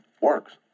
works